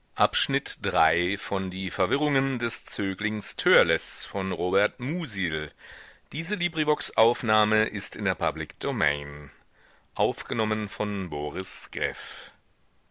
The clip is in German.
die verwirrungen des